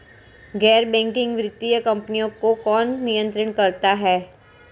गैर बैंकिंग वित्तीय कंपनियों को कौन नियंत्रित करता है?